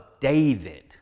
David